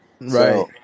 Right